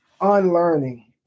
unlearning